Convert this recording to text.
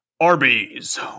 Arby's